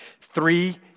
three